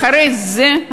אחרי זה,